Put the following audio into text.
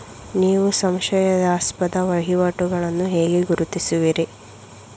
ನೀವು ಸಂಶಯಾಸ್ಪದ ವಹಿವಾಟುಗಳನ್ನು ಹೇಗೆ ಗುರುತಿಸುವಿರಿ?